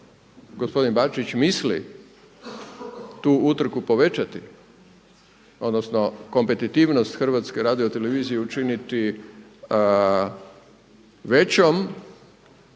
gospodin Bačić misli tu utrku povećati, odnosno kompetitivnost HRT-a učiniti većom